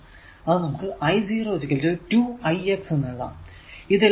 അത് നമുക്ക് i 0 2 i x എന്നെഴുതാം